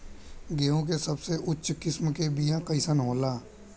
गेहूँ के सबसे उच्च किस्म के बीया कैसन होला?